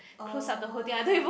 oh